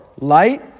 light